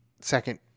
second